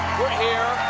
we're here.